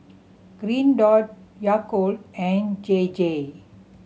Green Dot Yakult and J J